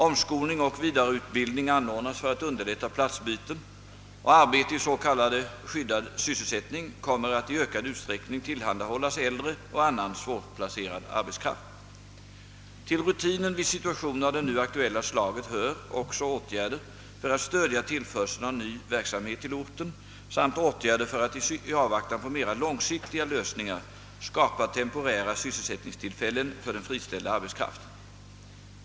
Omskolning och vidareutbildning anordnas för att underlätta platsbyten, och arbete i s.k. skyddad sysselsättning kommer att i ökad utsträckning tillhandahållas äldre och annan svårplacerad arbetskraft. Till rutinen vid situationer av det nu aktuella slaget hör också åtgärder för att stödja tillförseln av ny verksamhet till orten samt åtgärder för att, i avvaktan på mera långsiktiga lösningar, skapa temporära sysselsättningstillfällen för den friställda arbetskraften.